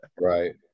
Right